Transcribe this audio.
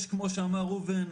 יש כמו שאמר ראובן,